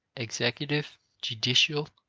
executive, judicial,